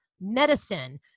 medicine